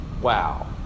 wow